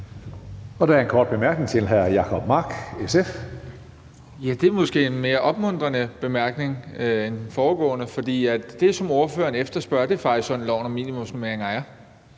Der er en kort bemærkning til hr. Jacob Mark, SF. Kl. 15:53 Jacob Mark (SF): Ja, og det er måske en mere opmuntrende bemærkning end den foregående. For det, som ordføreren efterspørger, er faktisk sådan, som loven om minimumsnormeringer